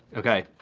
okay.